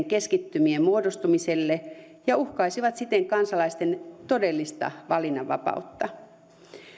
keskittymien muodostumiselle ja uhkaisivat siten kansalaisten todellista valinnanvapautta